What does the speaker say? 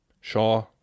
shaw